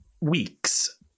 weeks